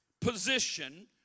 position